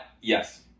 Yes